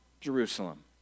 Jerusalem